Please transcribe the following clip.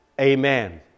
Amen